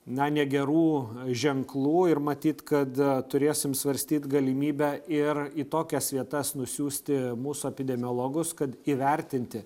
na negerų ženklų ir matyt kad turėsim svarstyt galimybę ir į tokias vietas nusiųsti mūsų epidemiologus kad įvertinti